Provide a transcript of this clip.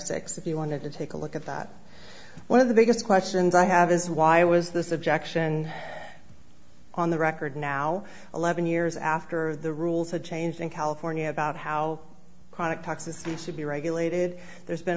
six if you wanted to take a look at that one of the biggest questions i have is why was this objection on the record now eleven years after the rules had changed in california about how product toxicity should be regulated there's been